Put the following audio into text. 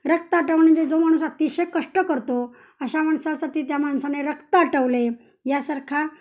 रक्त आटवणे म्हणजे जो माणूस अतिशय कष्ट करतो अशा माणसासाठी त्या माणसाने रक्त आटवले यासारखा